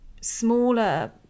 smaller